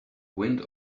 wind